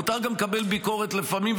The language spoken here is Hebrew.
מותר גם לקבל ביקורת לפעמים,